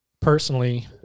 personally